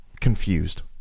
confused